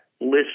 list